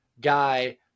guy